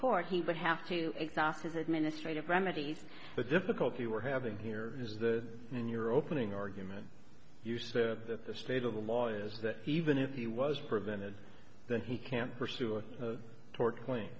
court he would have to exhaust his administrative remedies the difficulty we're having here is that in your opening argument you said that the state of the law is that even if he was prevented then he can pursue a tort cl